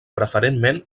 preferentment